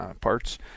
parts